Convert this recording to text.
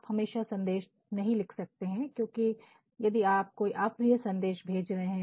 आप हमेशा संदेश नहीं लिख सकते हैं क्योंकि यदि आप कोई अप्रिय संदेश भेज रहे हैं